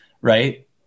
right